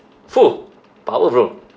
!fuh! power bro